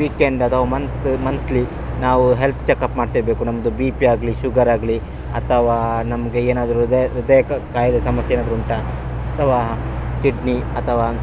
weekend ಅಥವಾ month monthly ನಾವು health checkup ಮಾಡ್ತಿರಬೇಕು ನಮ್ಮದು ಬಿ ಪಿ ಆಗಲಿ ಶುಗರ್ ಆಗಲಿ ಅಥವಾ ನಮಗೆ ಏನಾದರು ಹೃದಯ ಕಾಯಿಲೆ ಸಮಸ್ಯೆ ಏನಾದರು ಉಂಟಾ ಅಥವಾ ಕಿಡ್ನಿ ಅಥವಾ